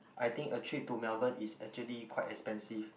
I think a trip to Melbourne is actually quite expensive